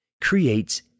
creates